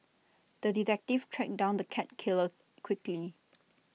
the detective tracked down the cat killer quickly